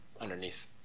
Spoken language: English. underneath